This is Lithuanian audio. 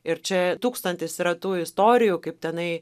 ir čia tūkstantis yra tų istorijų kaip tenai